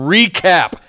Recap